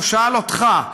והוא שאל אותך,